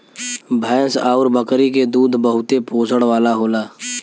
भैंस आउर बकरी के दूध बहुते पोषण वाला होला